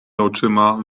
oczyma